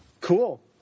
cool